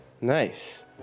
Nice